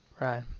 Right